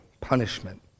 punishment